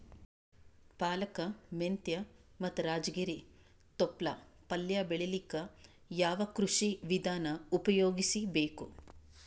ಪಾಲಕ, ಮೆಂತ್ಯ ಮತ್ತ ರಾಜಗಿರಿ ತೊಪ್ಲ ಪಲ್ಯ ಬೆಳಿಲಿಕ ಯಾವ ಕೃಷಿ ವಿಧಾನ ಉಪಯೋಗಿಸಿ ಬೇಕು?